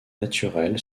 naturelle